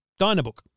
Dynabook